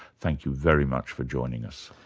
thank you very much for joining us.